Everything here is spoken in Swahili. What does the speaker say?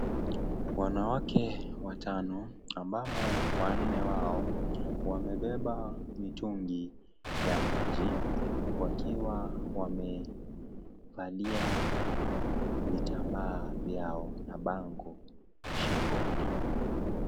Wanawake, watano, ambamo wanne wao, wamebeba, mitungi, ya maji, wakiwa wamevalia vitambaa vyao, na bango shingoni.